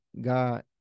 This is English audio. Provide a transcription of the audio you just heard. God